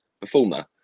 performer